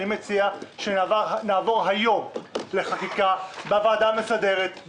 אני מציע שנעבור היום לחקיקה בוועדה המסדרת,